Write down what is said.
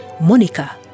Monica